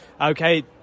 Okay